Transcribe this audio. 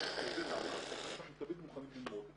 --- אנחנו תמיד מוכנים ללמוד.